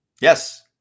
yes